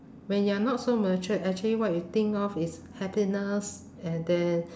when you're not so matured actually what you think of is happiness and then